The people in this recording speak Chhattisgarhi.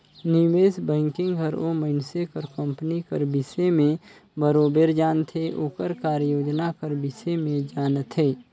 निवेस बैंकिंग हर ओ मइनसे कर कंपनी कर बिसे में बरोबेर जानथे ओकर कारयोजना कर बिसे में जानथे